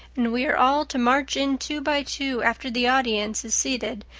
and we are all to march in two by two after the audience is seated,